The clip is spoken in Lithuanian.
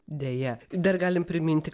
deja dar galime priminti